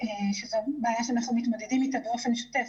זאת בעיה שאנחנו מתמודדים איתה באופן שוטף,